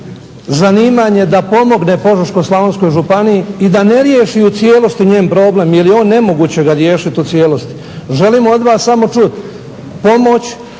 zanimanje da pomogne Požeško-slavonskoj županiji i da ne riješi u cijelosti njen problem jer je on nemoguće ga riješiti u cijelosti. Želim od vas samo čuti pomoć